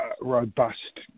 robust